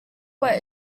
were